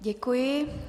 Děkuji.